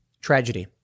Tragedy